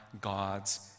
God's